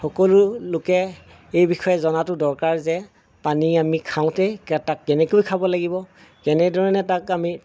সকলো লোকে এই বিষয়ে জনাতো দৰকাৰ যে পানী আমি খাওঁতেই তাক কেনেকৈ খাব লাগিব কেনে ধৰণে তাক আমি